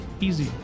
Easy